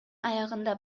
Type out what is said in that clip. аягында